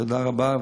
תודה רבה.